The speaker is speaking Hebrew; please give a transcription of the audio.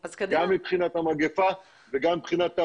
גם מבחינת המגפה וגם מבחינת העבודה.